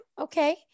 Okay